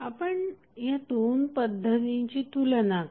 आपण ह्या दोन पद्धतींची तुलना करा